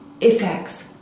effects